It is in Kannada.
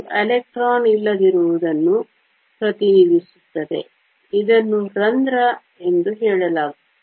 ಇದು ಎಲೆಕ್ಟ್ರಾನ್ ಇಲ್ಲದಿರುವುದನ್ನು ಪ್ರತಿನಿಧಿಸುತ್ತದೆ ಇದನ್ನು ರಂಧ್ರ ಎಂದು ಕರೆಯಲಾಗುತ್ತದೆ